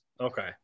Okay